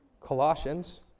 Colossians